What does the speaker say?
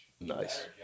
Nice